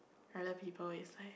I like people it's like